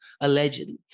Allegedly